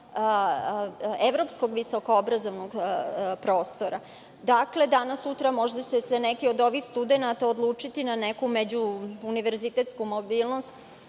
evropskog visokoobrazovanog prostora. Dakle, danas sutra, možda će se neki od ovih studenata odlučiti na neku međuuniverzitetsku mobilnost,